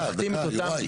דקה.